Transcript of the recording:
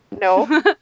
No